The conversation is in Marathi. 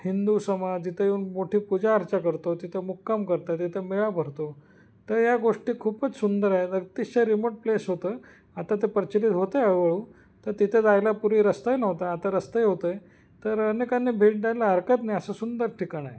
हिंदू समाज जिथं येऊन मोठी पूजा अर्चा करतो तिथं मुक्काम करतो तिथं मेळा भरतो तर या गोष्टी खूपच सुंदर आहे अतिशय रिमोट प्लेस होतं आता ते प्रचलित होतं आहे हळूहळू तर तिथे जायला पूर्वी रस्ताही नव्हता आता रस्ताही होतो आहे तर अनेकांनी भेट द्यायला हरकत नाही असं सुंदर ठिकाण आहे